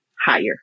higher